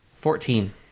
fourteen